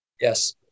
Yes